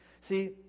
See